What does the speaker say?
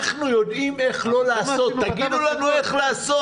אנחנו יודעים איך לא לעשות, תגידו לנו איך לעשות.